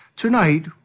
Tonight